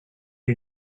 did